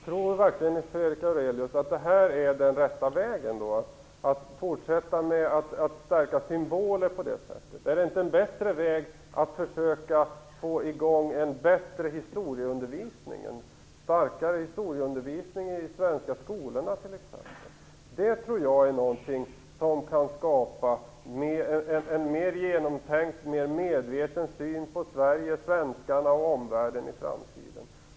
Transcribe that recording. Fru talman! Tror Nils Fredrik Aurelius verkligen att detta är den rätta vägen, dvs. att fortsätta att stärka symboler? Är det inte en bättre väg att försöka få i gång en bättre historieundervisning i de svenska skolorna, t.ex.? Det tror jag kan skapa en mer genomtänkt och medveten syn på Sverige, svenskarna och omvärlden i framtiden.